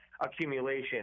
accumulation